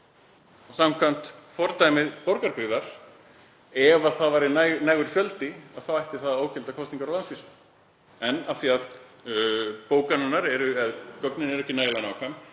samkvæmt fordæmi Borgarbyggðar, ef það væri nægur fjöldi, ætti það að ógilda kosningar á landsvísu. En af því að bókanirnar eða gögnin eru ekki nægilega nákvæm